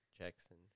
Jackson